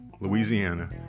Louisiana